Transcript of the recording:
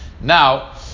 Now